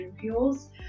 fuels